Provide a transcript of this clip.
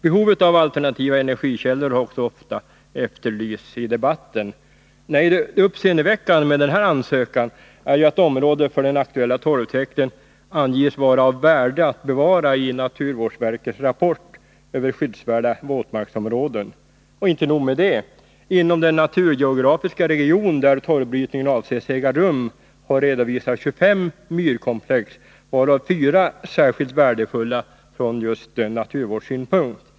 Behovet av alternativa energikällor har ofta efterlysts i debatten. Nej, det uppseendeväckande med denna ansökan är att området för den aktuella torvtäkten i naturvårdsverkets rapport över skyddsvärda våtmarksområden anges vara av värde att bevara. Och inte nog med det. Inom den naturgeografiska region där torvbrytningen avses äga rum har redovisats 25 myrkomplex, varav fyra är särskilt värdefulla just från naturvårdssynpunkt.